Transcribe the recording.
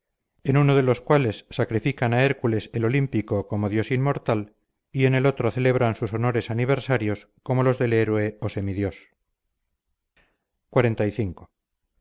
en uno de los cuales sacrifican a hércules el olímpico como dios inmortal y en el otro celebran sus honores aniversarios como los del héroe o semidios xlv